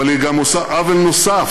אבל היא עושה גם עוול נוסף: